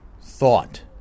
thought